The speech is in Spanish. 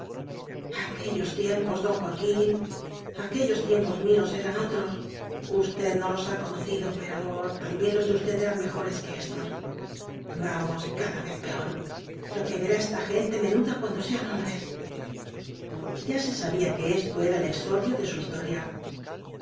aquellos tiempos d joaquín aquellos tiempos míos eran otros usted no los ha co nocido pero también los de usted eran mejores que éstos vamos cada vez peor lo que verá toda esta gente menuda cuando sean hombres v blasco ibañez ya se sabía que esto era el exordio de su historia